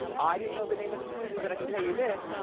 and i didn't know the name of this movie but i can tell you this,